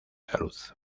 salud